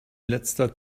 letzter